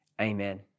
amen